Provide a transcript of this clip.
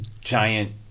giant